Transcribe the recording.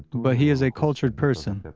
but he is a cultured person,